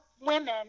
women